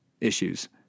issues